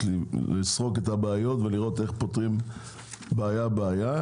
לסרוק את הבעיות ולראות איך פותרים בעיה בעיה.